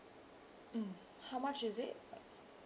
mm how much is it